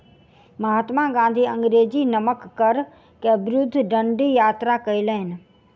महात्मा गाँधी अंग्रेजी नमक कर के विरुद्ध डंडी यात्रा कयलैन